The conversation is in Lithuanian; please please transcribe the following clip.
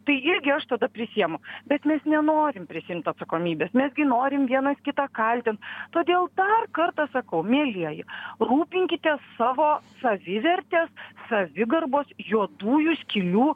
tai irgi aš tada prisiimu bet mes nenorim prisiimt atsakomybės mes gi norim vienas kitą kaltint todėl dar kartą sakau mielieji rūpinkitės savo savivertės savigarbos juodųjų skylių